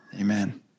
Amen